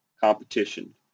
competition